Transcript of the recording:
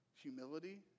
Humility